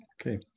okay